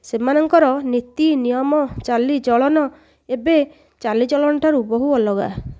ସେମାନଙ୍କର ନୀତି ନିୟମ ଚାଲିଚଲଣ ଏବେ ଚାଲିଚଲଣଠାରୁ ବହୁ ଅଲଗା